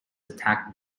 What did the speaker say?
attacked